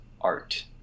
art